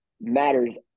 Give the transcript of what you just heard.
matters